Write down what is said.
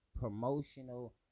promotional